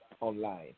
Online